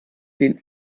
den